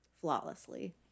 flawlessly